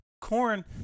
corn